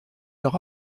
leur